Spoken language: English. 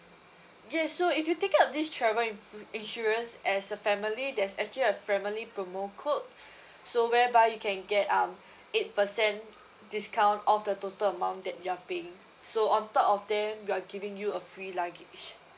yes so if you take up this travel insu~ insurance as a family there's actually a family promo code so whereby you can get um eight percent discount off the total amount that you're paying so on top of that we're giving you a free luggage